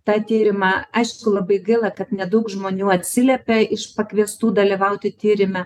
tą tyrimą aišku labai gaila kad nedaug žmonių atsiliepė iš pakviestų dalyvauti tyrime